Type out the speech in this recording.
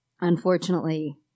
unfortunately